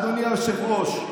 אדוני היושב-ראש.